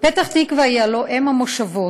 פתח-תקווה היא הלוא אם המושבות.